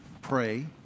pray